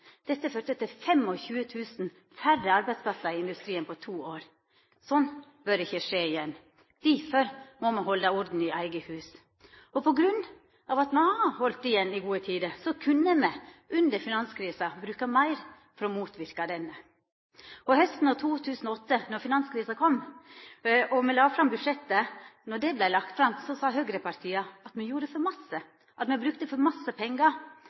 Dette førte til 25 000 færre arbeidsplassar i industrien på to år. Sånt bør ikkje skje igjen. Difor må me halda orden i eige hus. På grunn av at me har halde igjen i gode tider, kunne me under finanskrisa bruka meir for å motverka denne. Hausten 2008 kom finanskrisa. Da budsjettet vart lagt fram, sa høgrepartia at me gjorde for masse, at me brukte for masse pengar.